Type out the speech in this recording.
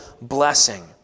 blessing